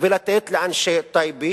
ולתת לאנשי טייבה